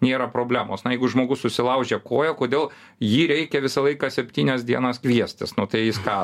nėra problemos na jeigu žmogus susilaužė koją kodėl jį reikia visą laiką septynios dienos kviestis nu tai jis ką